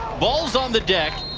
ball is on the deck.